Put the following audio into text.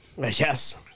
Yes